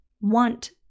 want